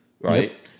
Right